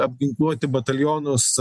apginkluoti batalionus